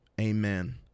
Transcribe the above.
Amen